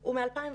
הוא מ-2018,